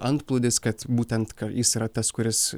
antplūdis kad būtent jis yra tas kuris